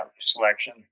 selection